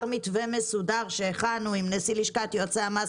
מתווה מסודר שהכנו עם נשיא לשכת יועצי המס,